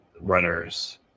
runners